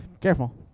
careful